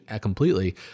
completely